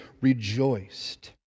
rejoiced